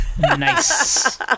Nice